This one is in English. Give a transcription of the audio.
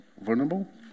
Vulnerable